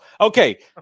Okay